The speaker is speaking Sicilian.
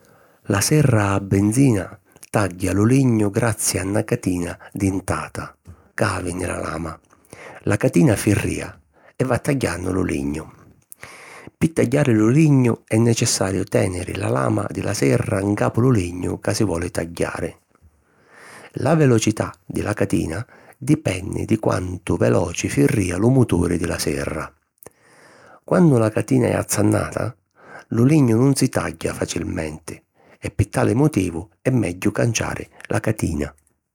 La serra a benzina tagghia lu lignu grazi a na catina dintata ca havi nni la lama. La catina firrìa e va tagghiannu lu lignu. Pi tagghiari lu lignu è necessariu tèniri la lama di la serra ncapu lu lignu ca si voli tagghiari. La velocità di la catina, dipenni di quantu veluci firrìa lu muturi di la serra. Quannu la catina è azzannata, lu lignu nun si tagghia facilmenti, e pi tali motivu è megghiu canciari la catina.